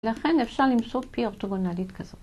לכן אפשר למצוא פי אורתוגונליות כזאת.